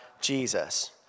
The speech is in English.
Jesus